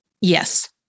Yes